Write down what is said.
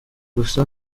gusa